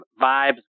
Vibes